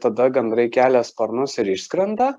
tada gandrai kelia sparnus ir išskrenda